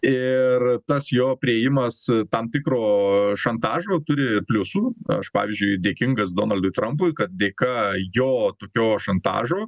ir tas jo priėjimas tam tikro šantažo turi ir pliusų aš pavyzdžiui dėkingas donaldui trampui kad dėka jo tokio šantažo